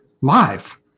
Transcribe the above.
live